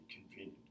convenient